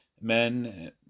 men